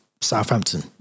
Southampton